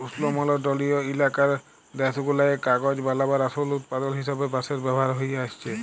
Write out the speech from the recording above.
উস্লমলডলিয় ইলাকার দ্যাশগুলায় কাগজ বালাবার আসল উৎপাদল হিসাবে বাঁশের ব্যাভার হঁয়ে আইসছে